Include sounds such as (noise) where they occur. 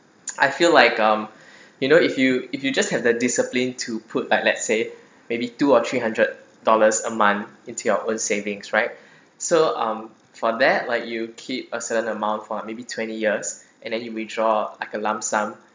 (noise) I feel like (breath) um you know if you if you just have the discipline to put like let's say maybe two or three hundred dollars a month into your own savings right so um for that like you keep a certain amount for maybe twenty years and then you withdraw like a lump sum